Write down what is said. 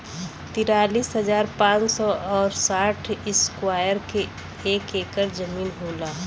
तिरालिस हजार पांच सौ और साठ इस्क्वायर के एक ऐकर जमीन होला